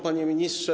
Panie Ministrze!